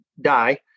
die